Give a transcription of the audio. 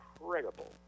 incredible